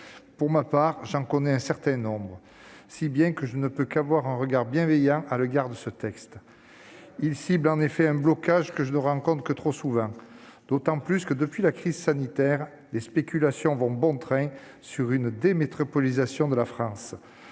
Pour ma part, j'en connais un certain nombre, si bien que je ne peux que porter un regard bienveillant sur cette proposition de loi. Bien ! Ce texte cible en effet un blocage que je rencontre trop souvent, d'autant que depuis la crise sanitaire les spéculations vont bon train sur une « dé-métropolisation » de la France.